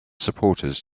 supporters